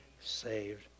saved